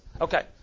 Okay